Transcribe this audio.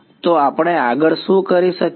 તો આપણે આગળ શું કરી શકીએ